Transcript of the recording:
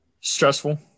stressful